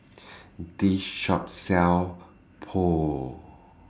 This Shop sells Pho